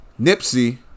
Nipsey